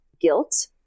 guilt